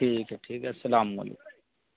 ٹھیک ہے ٹھیک ہے السلام علیکم